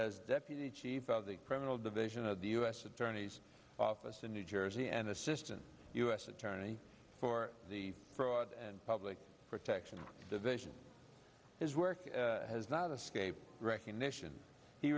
as deputy chief of the criminal division of the u s attorney's office in new jersey an assistant u s attorney for the fraud and public protection division his work has not escaped recognition he